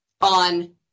on